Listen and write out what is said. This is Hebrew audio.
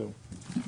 זהו.